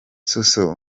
suso